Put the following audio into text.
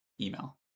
email